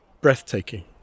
breathtaking